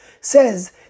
says